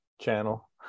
channel